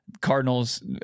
Cardinals